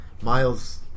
Miles